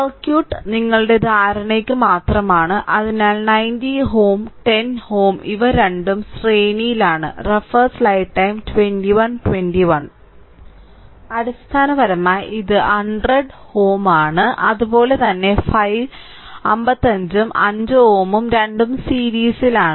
circuit നിങ്ങളുടെ ധാരണയ്ക്ക് മാത്രമാണ് അതിനാൽ 90 Ω 10 ഇവ രണ്ടും ശ്രേണിയിലാണ് അടിസ്ഥാനപരമായി ഇത് 100Ω ആണ് അതുപോലെ തന്നെ 55 ഉം 5Ω ഉം രണ്ടും സീരീസിലാണ്